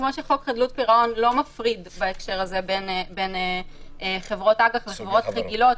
כמו שחוק חדלות פירעון לא מפריד בהקשר הזה בין חברות אג"ח לחברות רגילות